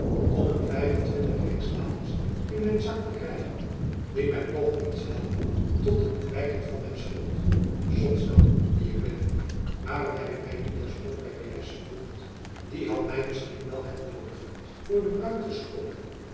om een rijksdaalders in mijn zak te krijgen die my toch niets helpen tot het kwijten van mijn schuld zotskap die ik ben waarom heb ik my niet terstond bij perez vervoegd die had my misschien wel het noodige voor den bruin geschoten